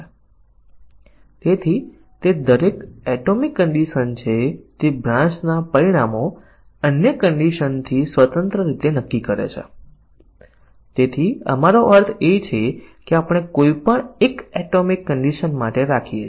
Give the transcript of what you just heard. અને તેથી શાખા કવરેજ પ્રાપ્ત થશે પરંતુ જો આપણી પાસે ભૂલ હોય જે ફક્ત ત્યારે જ થાય છે જ્યારે digit high સાચું હોય